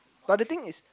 but the thing is